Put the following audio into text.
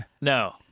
No